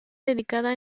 dedicada